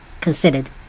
considered